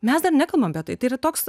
mes dar nekalbam apie tai tai yra toks